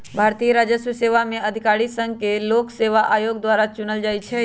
भारतीय राजस्व सेवा में अधिकारि के संघ लोक सेवा आयोग द्वारा चुनल जाइ छइ